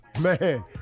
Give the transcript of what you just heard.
man